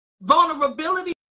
Vulnerability